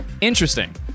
Interesting